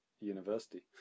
university